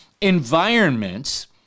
environments